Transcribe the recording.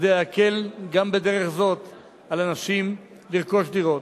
כדי להקל גם בדרך זאת על אנשים לרכוש דירות.